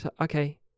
okay